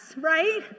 right